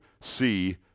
see